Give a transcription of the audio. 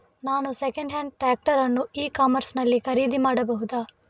ನಾನು second hand tractor ಅನ್ನು e commerce ನಲ್ಲಿ ಖರೀದಿ ಮಾಡಬಹುದಾ?